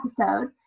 episode